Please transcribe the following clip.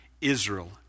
Israel